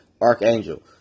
Archangel